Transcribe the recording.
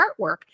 artwork